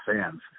fans